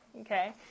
Okay